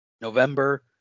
November